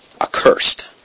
Accursed